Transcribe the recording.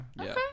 Okay